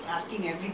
at that time